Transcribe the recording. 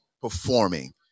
performing